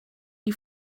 die